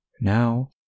Now